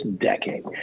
decade